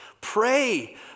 Pray